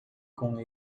com